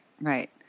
Right